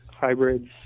hybrids